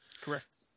Correct